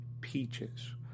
peaches